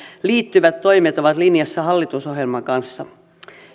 liittyvät toimet ovat linjassa hallitusohjelman kanssa